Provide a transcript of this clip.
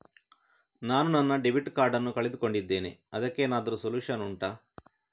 ನಾನು ನನ್ನ debit card ನ್ನು ಕಳ್ಕೊಂಡಿದ್ದೇನೆ ಅದಕ್ಕೇನಾದ್ರೂ ಸೊಲ್ಯೂಷನ್ ಉಂಟಾ